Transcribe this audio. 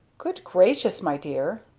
good gracious, my dear!